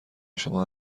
شما